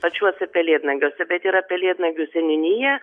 pačiuose pelėdnagiuose bet yra pelėdnagių seniūnija